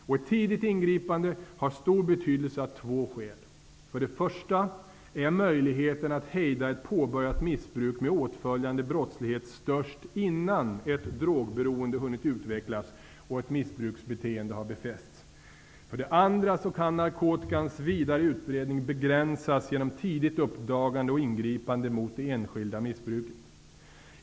Ett tidigt ingripande har stor betydelse av två skäl. För det första är möjligheten att hejda ett påbörjat missbruk med åtföljande brottslighet störst innan ett drogberoende har hunnit utvecklas och ett missbruksbeteende har befästs. För det andra kan narkotikans vidare utbredning begränsas genom tidigt uppdagande och ingripande mot det enskilda missbruket.